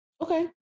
Okay